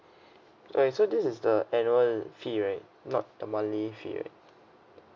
alright so this is the annual fee right not the monthly fee right